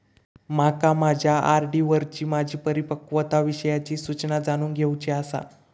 माका माझ्या आर.डी वरची माझी परिपक्वता विषयची सूचना जाणून घेवुची आसा